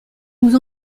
nous